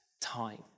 time